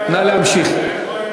נא להמשיך.